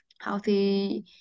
healthy